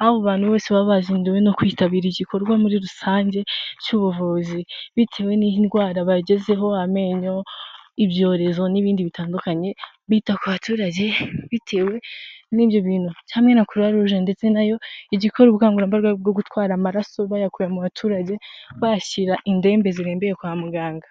aho abo bantu bose baba bazinduwe no kwitabira igikorwa muri rusange cy'ubuvuzi, bitewe n'indwara bagezeho, amenyo ibyorezo n'ibindi bitandukanye bita ku baturage, bitewe n'ibyo bintu hamwe na croix rouge ndetse na yo igikora ubukangurambaga bwo gutwara amaraso bayakura mu baturage bashyira indembe zirembeye kwa muganga.